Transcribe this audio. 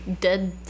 dead